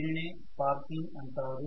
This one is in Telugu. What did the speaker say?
దీనినే స్పార్కింగ్ అంటారు